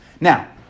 Now